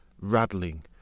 rattling